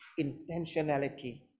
intentionality